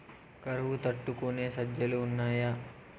కరువు తట్టుకునే సజ్జలు ఉన్నాయా